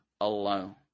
alone